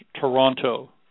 Toronto